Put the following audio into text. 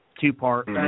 two-part